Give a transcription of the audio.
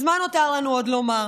אז מה נותר לנו עוד לומר?